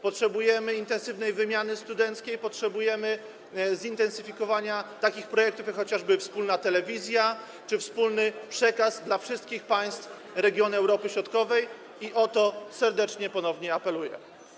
Potrzebujemy intensywnej wymiany studenckiej, potrzebujemy zintensyfikowania takich projektów, jak chociażby wspólna telewizja czy wspólny przekaz dla wszystkich państw regionu Europy Środkowej i o to serdecznie ponownie apeluję.